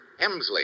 Hemsley